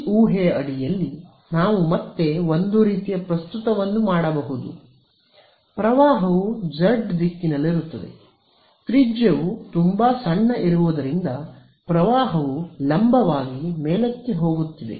ಈ ಊಹೆಯ ಅಡಿಯಲ್ಲಿ ನಾವು ಮತ್ತೆ ಒಂದು ರೀತಿಯ ಪ್ರಸ್ತುತವನ್ನು ಮಾಡಬಹುದು ಪ್ರವಾಹವು z ದಿಕ್ಕಿನಲ್ಲಿರುತ್ತದೆ ತ್ರಿಜ್ಯವು ತುಂಬಾ ಸಣ್ಣ ಇರುವುದರಿಂದ ಪ್ರವಾಹವು ಲಂಬವಾಗಿ ಮೇಲಕ್ಕೆ ಹೋಗುತ್ತಿದೆ